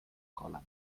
kolan